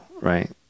right